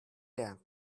that